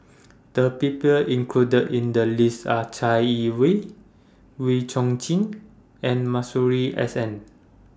The People included in The list Are Chai Yee Wei Wee Chong Jin and Masuri S N